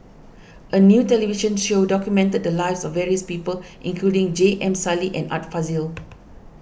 a new television show documented the lives of various people including J M Sali and Art Fazil